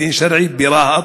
בית-דין שרעי ברהט?